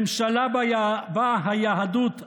ממשלה שבה היהדות out,